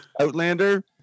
Outlander-